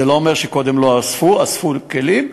זה לא אומר שקודם לא אספו, אספו כלים.